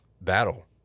battle